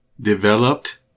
Developed